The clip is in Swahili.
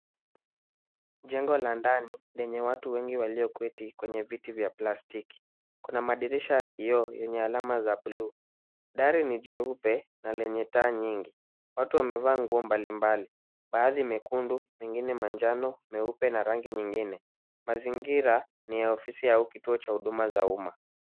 Jengo la ndani lenye watu wengi walioketi kwenye viti vya plastiki. Kuna madirisha ya kioo yenye alama za bluu. Dari ni jeupe na lenye taa nyingi. Watu wamevaa nguo mbalimbali baadhi mekundu wengine manjano, meupe na rangi nyingine. Mazingira ni ya ofisi au kituo cha huduma za umma.